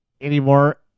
anymore